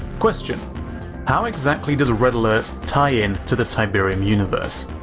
question how exactly does red alert tie-in to the tiberium universe? oh,